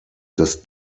das